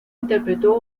interpretó